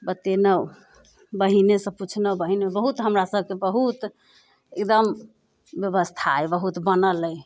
बतेलहुँ बहिनेसँ पुछलहुँ बहिन बहुत हमरा सभकेँ बहुत एकदम व्यवस्था अइ बहुत बनल अइ